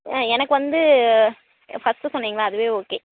ஆ எனக்கு வந்து ஃபஸ்ட்டு சொன்னிங்களே அதுவே ஓகே